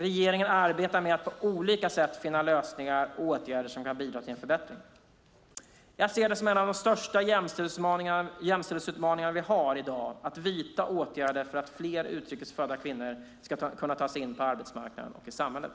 Regeringen arbetar med att på olika sätt finna lösningar och åtgärder som kan bidra till en förbättring. Jag ser det som en av de största jämställdhetsutmaningarna vi har i dag att vidta åtgärder för att fler utrikes födda kvinnor ska kunna ta sig in på arbetsmarknaden och i samhället.